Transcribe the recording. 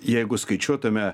jeigu skaičiuotume